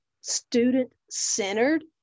student-centered